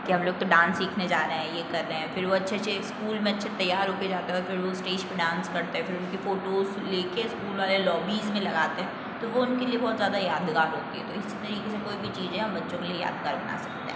कि हम लोग तो डांस सीखने जा रहे हैं ये कर रहे हैं फिर वो अच्छे अच्छे स्कूल में अच्छे तैयार होके जाते हैं और फिर वो स्टेज पे डांस करते है फिर उनके फ़ोटोज़ लेके स्कूल वाले लॉबीज़ में लगाते हैं तो वो उनके लिए बहुत ज़्यादा यादगार होती है तो इसी तरीके से कोई भी चीज़ है हम बच्चों के लिए यादगार बना सकते हैं